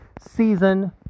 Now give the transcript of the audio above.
season